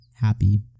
happy